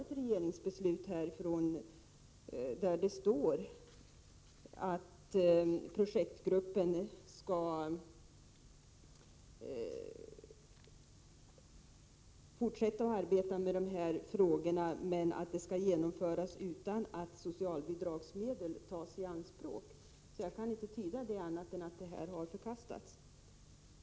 Det finns redan ett regeringsbeslut där det står att projektgruppen skall fortsätta att arbeta med dessa frågor men att det hela skall genomföras utan att socialbidragsmedel tas i anspråk. Jag kan inte tyda det på annat sätt än att förslaget har förkastats.